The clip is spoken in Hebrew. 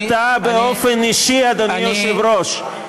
אני, אתה באופן אישי, אדוני היושב-ראש.